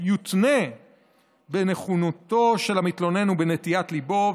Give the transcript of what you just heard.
יותנה בנכונותו של המתלונן ובנטיית ליבו,